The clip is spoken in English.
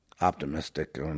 optimistic